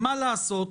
מה לעשות,